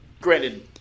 Granted